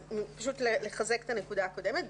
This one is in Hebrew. לחזק את הנקודה הקודמת.